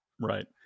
Right